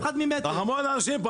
תרחמו על האנשים פה,